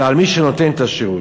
אלא על מי שנותן את השירות.